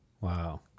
Wow